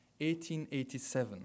1887